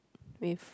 with